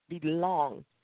belong